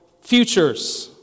futures